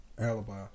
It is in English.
Alibi